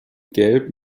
gelb